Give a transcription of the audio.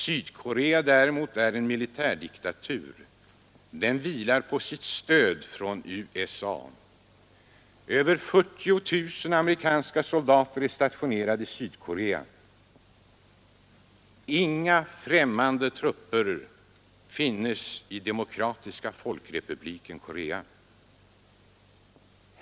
Sydkorea däremot är en militärdiktatur. Den vilar på sitt stöd från USA. Över 40 000 amerikanska soldater är stationerade i Sydkorea. Inga främmande trupper finns 1 Demokratiska folkrepubliken Korea.